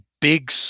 big